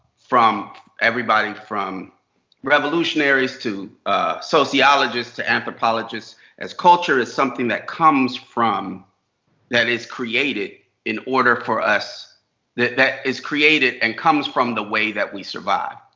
from everybody from revolutionaries to sociologists to anthropologists as culture is something that comes from that is created in order for us that that is created and comes from the way that we survive.